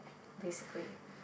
basically